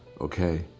okay